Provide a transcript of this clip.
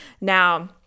now